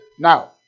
Now